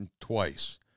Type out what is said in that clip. twice